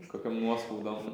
kokiom nuoskaudom